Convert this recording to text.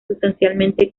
sustancialmente